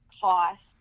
cost